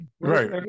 Right